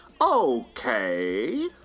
Okay